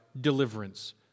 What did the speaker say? deliverance